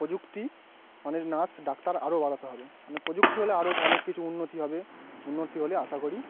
প্রযুক্তি অনেক nurse doctor আরো বাড়াতে হবে মানে প্রযুক্তি হলে আরো অনেক কিছু উন্নতি হবে উন্নতি হলে আশা করি